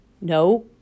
No